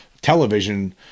Television